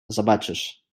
zobaczysz